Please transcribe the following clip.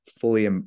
fully